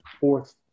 fourth